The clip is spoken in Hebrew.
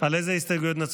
מיכל שיר סגמן,